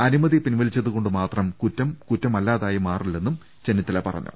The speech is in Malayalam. അനുമതി പിൻവലിച്ച തുകൊണ്ട് മാത്രം കുറ്റം കുറ്റമല്ലാതായി മാറില്ലെന്നും ചെന്നിത്തല പറഞ്ഞു